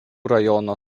rajono